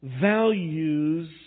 values